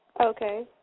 Okay